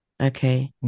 Okay